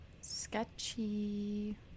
Sketchy